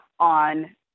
on